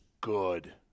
good